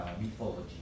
mythology